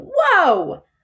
Whoa